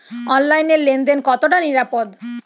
অনলাইনে লেন দেন কতটা নিরাপদ?